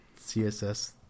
css